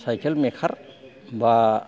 cycle मेखार बा